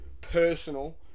personal